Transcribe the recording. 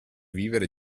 vivere